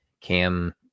Cam